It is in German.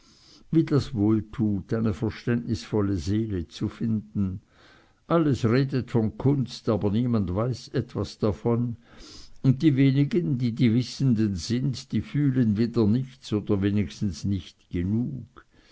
wie das wohltut eine verständnisvolle seele zu finden alles redet von kunst aber niemand weiß etwas davon und die wenigen die die wissenden sind die fühlen wieder nichts oder wenigstens nicht genug